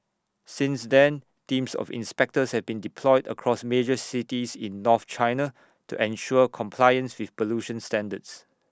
since then teams of inspectors have been deployed across major cities in north China to ensure compliance with pollution standards